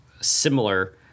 similar